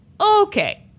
Okay